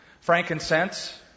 Frankincense